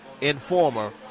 Informer